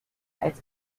als